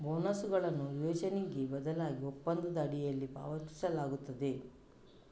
ಬೋನಸುಗಳನ್ನು ವಿವೇಚನೆಗೆ ಬದಲಾಗಿ ಒಪ್ಪಂದದ ಅಡಿಯಲ್ಲಿ ಪಾವತಿಸಲಾಗುತ್ತದೆ